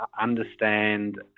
understand